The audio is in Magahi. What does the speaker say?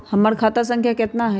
हमर खाता संख्या केतना हई?